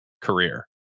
career